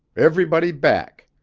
everybody back!